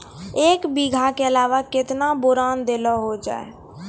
एक बीघा के अलावा केतना बोरान देलो हो जाए?